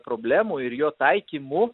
problemų ir jo taikymu